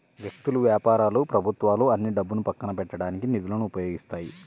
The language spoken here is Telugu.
వ్యక్తులు, వ్యాపారాలు ప్రభుత్వాలు అన్నీ డబ్బును పక్కన పెట్టడానికి నిధులను ఉపయోగిస్తాయి